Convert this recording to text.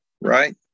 right